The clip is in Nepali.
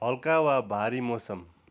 हल्का वा भारी मौसम